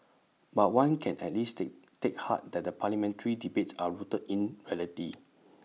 but one can at least take take heart that the parliamentary debates are rooted in reality